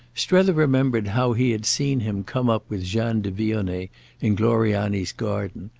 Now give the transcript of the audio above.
strether remembered how he had seen him come up with jeanne de vionnet in gloriani's garden,